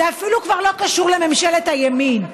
זה אפילו כבר לא קשור לממשלת הימין,